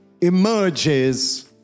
emerges